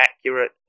accurate